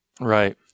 Right